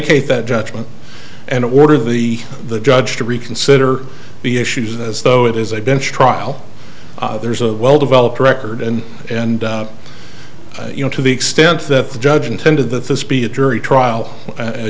cate that judgment and order the the judge to reconsider the issues as though it is a bench trial there's a well developed record and and you know to the extent that the judge intended that this be a jury trial